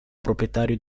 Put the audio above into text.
proprietario